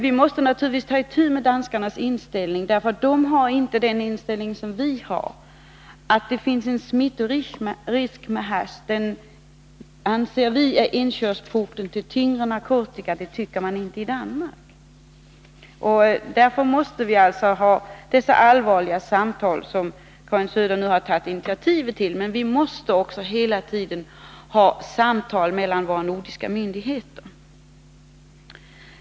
Vi måste naturligtvis ta itu med danskarnas inställning, därför att de inte har den inställning som vi har, att det finns en smittrisk. Vi anser att haschet är inkörsporten till tyngre narkotika. Det tycker man inte i Danmark. Därför måste vi alltså föra allvarliga samtal, som Karin Söder nu har tagit initiativ till. Vi måste också hela tiden ha samtal med de nordiska myndigheterna.